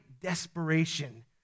desperation